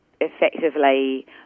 Effectively